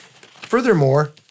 Furthermore